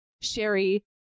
Sherry